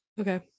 Okay